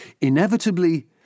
Inevitably